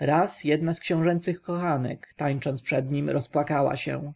raz jedna z książęcych kochanek tańcząc przed nim rozpłakała się